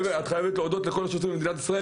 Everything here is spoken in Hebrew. את חייבת להודות לכל השוטרים במדינת ישראל